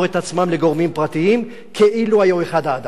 עצמם לגורמים פרטיים כאילו היו אחד האדם.